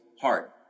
heart